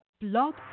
Blog